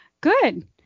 Good